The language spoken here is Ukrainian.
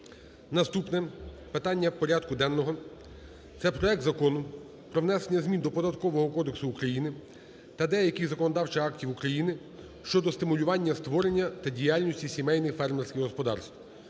Наступне питання порядку денного – це проект Закону про внесення змін до Податкового кодексу України та деяких законодавчих актів України щодо стимулювання створення та діяльності сімейних фермерських господарств